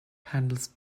handles